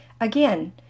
Again